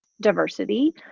diversity